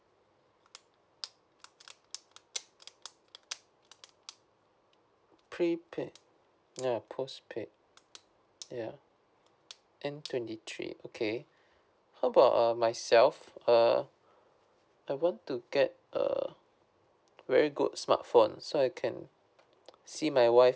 prepaid yeah postpaid yeah N twenty three okay how about uh myself uh I want to get a very good smartphone so I can see my wife